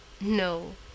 no